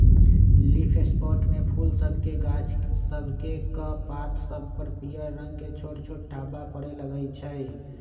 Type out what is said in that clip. leaf spot में फूल सभके गाछ सभकेक पात सभ पर पियर रंग के छोट छोट ढाब्बा परै लगइ छै